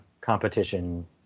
competition